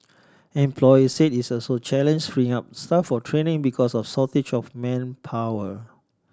employer say it's also challenge freeing up staff for training because of shortage of manpower